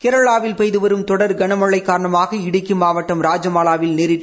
கேரளாவில் பெய்து வரும் தொடர் கனமழை காரணமாக இடுக்கி மாவட்டம் ராஜமாலாவில் நேரிட்ட